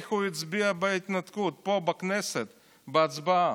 איך הוא הצביע בהתנתקות פה בכנסת בהצבעה?